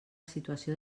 situació